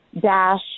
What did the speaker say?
dash